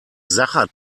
sacher